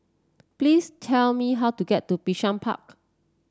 please tell me how to get to Bishan Park